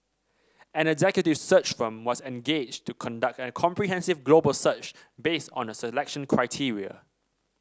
an executive search firm was engaged to conduct a comprehensive global search based on the selection criteria